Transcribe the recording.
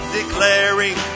declaring